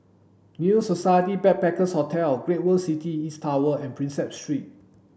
New Society Backpackers' Hotel Great World City East Tower and Prinsep Street